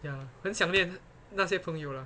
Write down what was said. ya 很想念那些朋友了